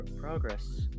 Progress